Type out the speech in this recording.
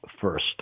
first